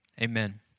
amen